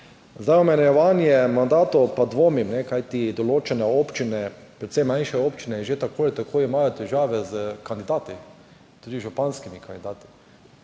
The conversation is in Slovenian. Za omejevanje mandatov pa dvomim. Kajti določene občine, predvsem manjše občine imajo že tako ali tako težave s kandidati, tudi z županskimi kandidati,